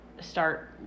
Start